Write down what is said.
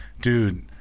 dude